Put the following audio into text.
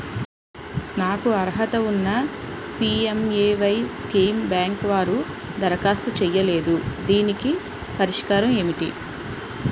నాకు అర్హత ఉన్నా పి.ఎం.ఎ.వై స్కీమ్ బ్యాంకు వారు దరఖాస్తు చేయలేదు దీనికి పరిష్కారం ఏమిటి?